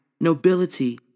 nobility